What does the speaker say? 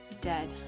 dead